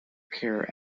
care